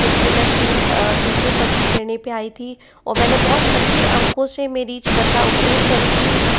क्योंकि मैं तीन तीसरे पद की श्रेणी पे आई थी और मैंने बोहुत अच्छे अंकों से मेरी कक्षा उत्तीर्ण की थी